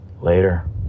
later